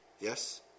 Yes